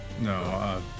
no